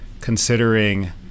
considering